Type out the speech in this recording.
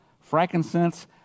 frankincense